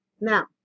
Now